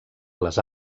les